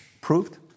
Proved